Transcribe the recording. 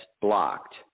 blocked